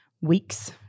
weeks